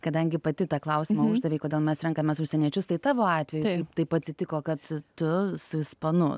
kadangi pati tą klausimą uždavė kodėl mes renkamės užsieniečius tai tavo atveju tai taip atsitiko kad tu su ispanu